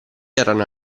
erano